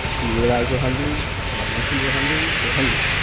do you realize we're hungry? have i mentioned we're hungry? we're hungry.